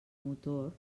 motor